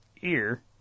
ear